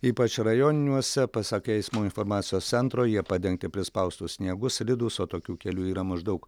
ypač rajoniniuose pasak eismo informacijos centro jie padengti prispaustu sniegu slidūs o tokių kelių yra maždaug